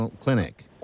clinic